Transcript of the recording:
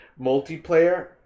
multiplayer